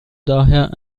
daher